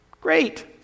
Great